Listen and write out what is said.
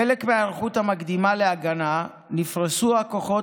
כחלק מההיערכות המקדימה להגנה נפרסו הכוחות